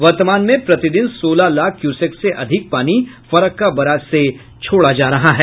वर्तमान में प्रतिदिन सोलह लाख क्यूसेक से अधिक पानी फरक्का बराज से छोड़ा जा रहा है